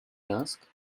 ask